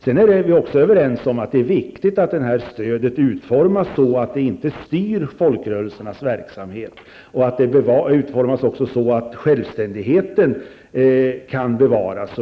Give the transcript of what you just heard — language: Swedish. Vi är också överens om att det är viktigt att stöd det utformas så att det inte styr folkrörelsernas verksamhet och att det utformas så att självständigheten kan bevaras.